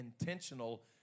intentional